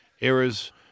errors